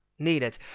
Needed